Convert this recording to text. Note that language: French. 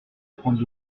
prendre